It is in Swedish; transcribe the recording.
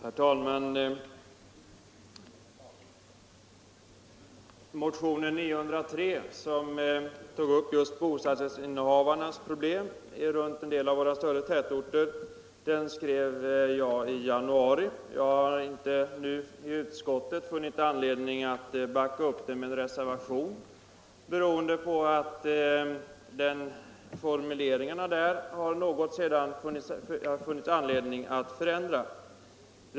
Herr talman! Motionen 903, som tar upp bostadsrättsinnehavarnas problem runt en del av våra större tätorter, skrev jag i januari. Jag har inte i utskottet funnit anledning att följa upp den motionen med någon reservation, beroende på att jag ansett det lämpligt att ändra något på de argument som fanns i motionen.